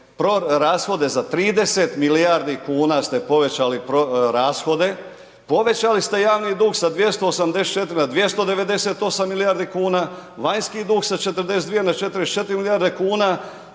rashode za 30 milijardi kuna ste povećali rashode, povećali ste javni dug sa 284 na 298 milijardi kuna, vanjski dug sa 42 na 44 milijarde kuna